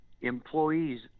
employees